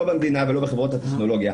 לא במדינה ולא בחברות הטכנולוגיה.